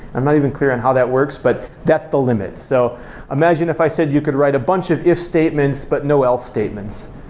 i'm not even clear on how that works, but that's the limit. so imagine if i said you could write a bunch of if statements, but no else statements.